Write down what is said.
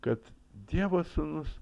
kad dievo sūnus